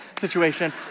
situation